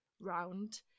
round